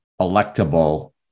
electable